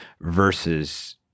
versus